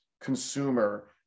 consumer